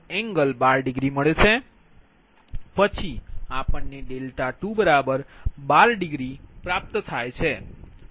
153∠12 મળે છે પછી આપણે 212 મળે છે